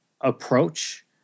approach